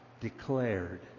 declared